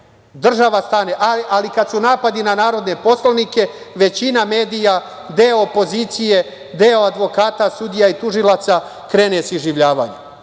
iza njega, ali kada su napadi narodne poslanike, većina medija, deo opozicije, deo advokata, sudija i tužilaca krene sa iživljavanjem.U